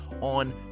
on